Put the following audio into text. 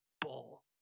bull